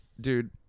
Dude